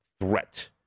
threat